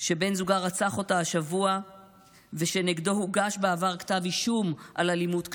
שבן זוגה רצח אותה השבוע ושנגדו הוגש בעבר כתב אישום על אלימות כלפיה,